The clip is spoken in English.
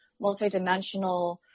multidimensional